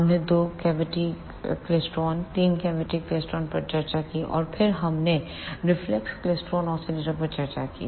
हमने दो cavity klystron तीन कैविटी क्लेस्ट्रॉन पर चर्चा की और फिर हमने रिफ्लेक्स क्लेस्ट्रॉन ऑसिलेटर्स पर चर्चा की